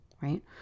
right